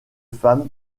femme